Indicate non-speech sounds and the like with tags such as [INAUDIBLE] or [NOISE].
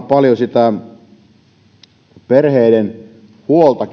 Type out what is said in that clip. [UNINTELLIGIBLE] paljon perheiden huolta [UNINTELLIGIBLE]